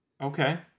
Okay